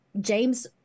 James